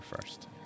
first